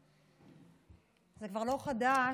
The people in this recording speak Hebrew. זה כבר לא חדש,